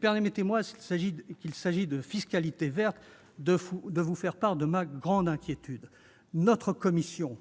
Permettez-moi, puisqu'il s'agit de fiscalité verte, de vous faire part de ma grande inquiétude. Notre commission